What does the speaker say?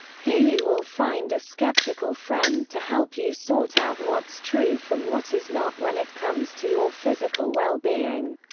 here you will find a skeptical friend to help you sort out what's true from what is not when it comes to your physical well-being.